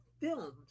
filmed